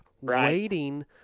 waiting